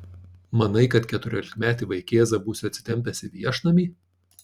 manai kad keturiolikmetį vaikėzą būsiu atsitempęs į viešnamį